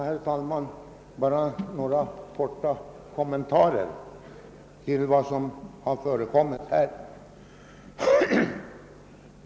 Herr talman! Bara några korta kommentarer till vad som har sagts här.